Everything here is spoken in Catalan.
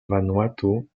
vanuatu